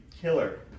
killer